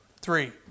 three